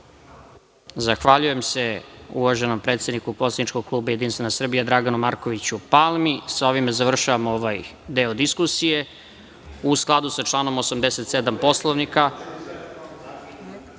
Zahvaljujem se uvaženom predsedniku poslaničkog kluba Jedinstvena Srbija Draganu Markoviću Palmi. Sa ovim završavamo ovaj deo diskusije.U skladu sa članom 87. Poslovnika…Reč